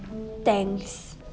thanks